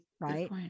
Right